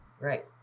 right